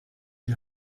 die